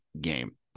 game